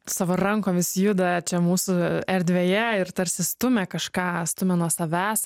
savo rankomis juda čia mūsų erdvėje ir tarsi stumia kažką stumia nuo savęs